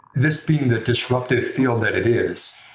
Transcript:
this being the disruptive field that it is,